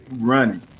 running